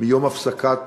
מיום הפסקת